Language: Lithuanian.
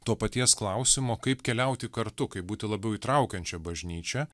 to paties klausimo kaip keliauti kartu kaip būti labiau įtraukiančia bažnyčia